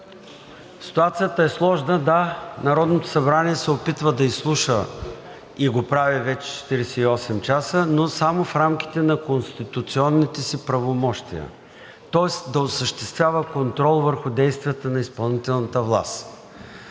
ситуацията е сложна. Да, Народното събрание се опитва да изслуша и го прави вече 48 часа, но само в рамките на конституционните си правомощия, тоест да осъществява контрол върху действията на изпълнителната власт.